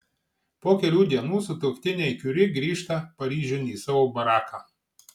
po kelių dienų sutuoktiniai kiuri grįžta paryžiun į savo baraką